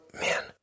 man